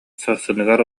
сарсыныгар